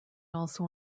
also